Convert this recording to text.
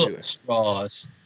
straws